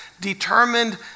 determined